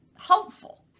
helpful